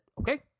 okay